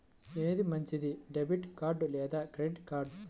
ఏది మంచిది, debit card లేదా క్రెడిట్ కార్డ్?